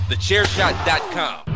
TheChairShot.com